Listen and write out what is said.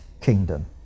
kingdom